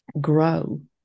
grow